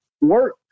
work